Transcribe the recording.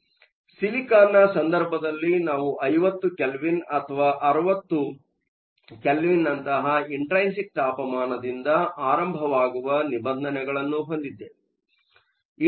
ಆದ್ದರಿಂದ ಸಿಲಿಕಾನ್ನ ಸಂದರ್ಭದಲ್ಲಿ ನಾವು 50 ಕೆಲ್ವಿನ್ ಅಥವಾ 60 ಕೆಲ್ವಿನ್ನಂತಹ ಇಂಟ್ರೈನ್ಸಿಕ್ ತಾಪಮಾನದಿಂದ ಆರಂಭವಾಗುವ ನಿಬಂಧನೆಗಳನ್ನು ಹೊಂದಿದ್ದೇವೆ